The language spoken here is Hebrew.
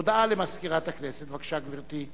הודעה למזכירת הכנסת, בבקשה, גברתי.